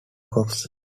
crops